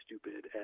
stupid